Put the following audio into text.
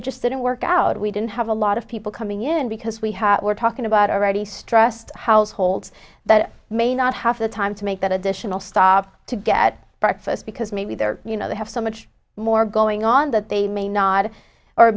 it just didn't work out we didn't have a lot of people coming in because we had we're talking about already stressed households that may not have the time to make that additional stop to get breakfast because maybe they're you know they have so much more going on that they may not or